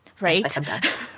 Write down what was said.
Right